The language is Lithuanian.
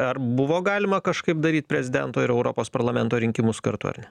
ar buvo galima kažkaip daryt prezidento ir europos parlamento rinkimus kartu ar ne